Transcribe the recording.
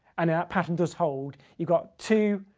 and that pattern does hold. you got two,